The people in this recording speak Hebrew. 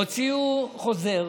הוציאו חוזר.